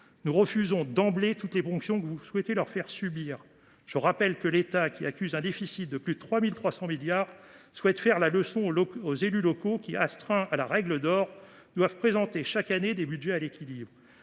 Nous refusons d’emblée toutes les ponctions que vous souhaitez leur faire subir. Rappelons que l’État, qui accuse un déficit de plus de 3 300 milliards d’euros, entend faire la leçon aux élus locaux qui, astreints à la règle d’or, doivent présenter chaque année un budget à l’équilibre.